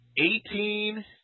Eighteen